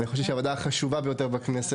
חושב שהיא הוועדה החשובה ביותר בכנסת.